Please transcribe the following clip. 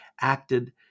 acted